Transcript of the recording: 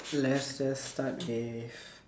let's just start with